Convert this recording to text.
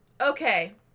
Okay